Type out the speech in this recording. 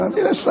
תן לי לסיים.